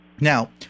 Now